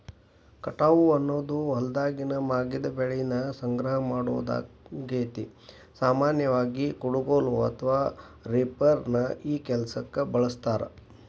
ಕಟಾವು ಅನ್ನೋದು ಹೊಲ್ದಾಗಿನ ಮಾಗಿದ ಬೆಳಿನ ಸಂಗ್ರಹ ಮಾಡೋದಾಗೇತಿ, ಸಾಮಾನ್ಯವಾಗಿ, ಕುಡಗೋಲು ಅಥವಾ ರೇಪರ್ ನ ಈ ಕೆಲ್ಸಕ್ಕ ಬಳಸ್ತಾರ